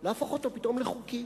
פתאום לחוקי.